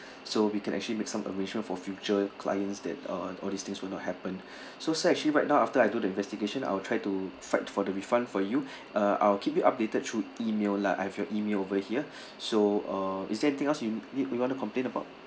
so we can actually make some arrangement for future clients that uh all these things will not happen so sir actually right now after I do the investigation I will try to fight for the refund for you uh I'll keep you updated through email lah I have your email over here so uh is there anything else you need you want to complain about